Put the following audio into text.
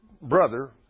brother